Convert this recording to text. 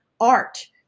art